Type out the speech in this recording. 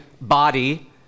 body